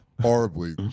horribly